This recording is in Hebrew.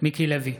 מיקי לוי,